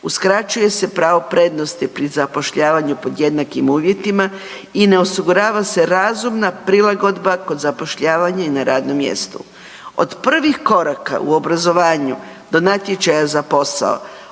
Uskraćuje se pravo prednosti pri zapošljavanju pod jednakim uvjetima i ne osigurava se razumna prilagodba kod zapošljavanje na radno mjesto. Od prvih koraka u obrazovanju do natječaja za posao